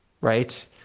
right